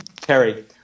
Terry